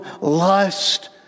lust